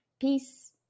Peace